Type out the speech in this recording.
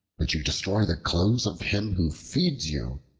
but you destroy the clothes of him who feeds you.